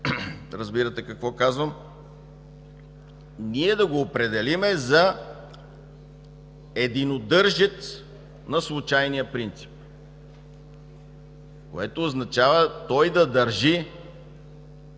разбирате какво казвам, ние да го определим за единодържец на случайния принцип. Това означава той да държи